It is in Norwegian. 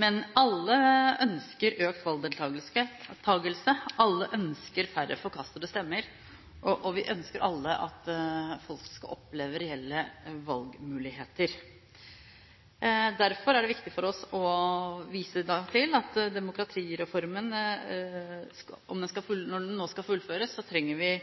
Men alle ønsker økt valgdeltagelse, alle ønsker færre forkastede stemmer, og vi ønsker alle at folk skal oppleve at de har reelle valgmuligheter. Derfor er det viktig for oss å vise til at vi, når demokratireformen nå skal